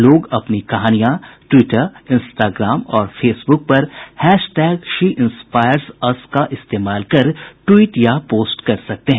लोग अपनी कहानियां ट्वीटर इन्स्टाग्राम और फेसबुक पर hashtag she inspires us का इस्तेमाल कर ट्वीट या पोस्ट कर सकते हैं